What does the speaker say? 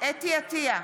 חוה אתי עטייה,